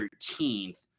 13th